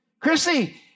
Chrissy